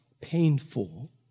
painful